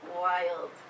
wild